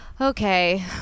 Okay